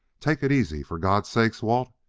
take it easy! for god's sake, walt,